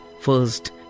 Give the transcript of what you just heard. first